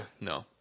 No